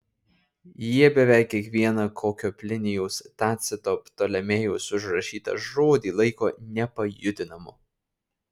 jie beveik kiekvieną kokio plinijaus tacito ptolemėjaus užrašytą žodį laiko nepajudinamu